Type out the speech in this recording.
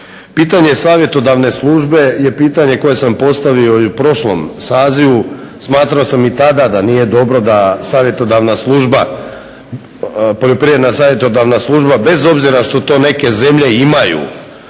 Pitanje Savjetodavne službe je pitanje koje sam postavio i u prošlom sazivu. Smatrao sam i tada da nije dobro da Poljoprivredna savjetodavna služba bez obzira što to neke zemlje imaju